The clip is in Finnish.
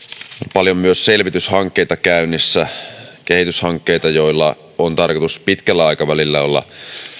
paljon myös käynnissä selvityshankkeita ja kehityshankkeita joilla on tarkoitus pitkällä aikavälillä olla